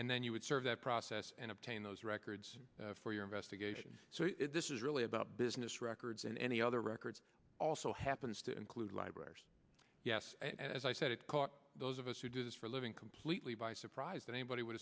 and then you would serve that process and obtain those records for your investigation so this is really about business records and any other records also happens to include library yes and as i said it caught those of us who do this for a living completely by surprise that anybody would